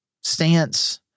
stance